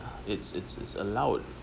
it's it's it's allowed